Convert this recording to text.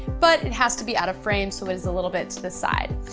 but it has to be out of frame so it's a little bit to the side.